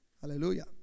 Hallelujah